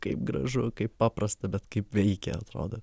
kaip gražu kaip paprasta bet kaip veikia atrodo